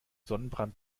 sonnenbrand